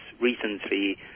recently